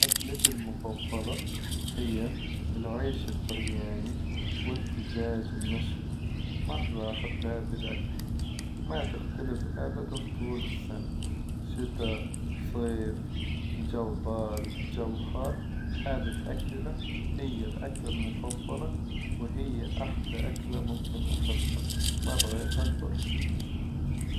أكلتي المفظلة هي العيش البرياني والدجاج المشوي مرة أحب هذي الأكلة، وما تختلف أبدا طول السنة شتاء، صيف، الجو بارد، الجو حار، هذي الأكلة هي الأكلة المفظلة، وهي أحلى أكلة ممكن أحبها ما بغيرها البر.